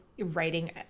Writing